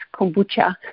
kombucha